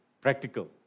practical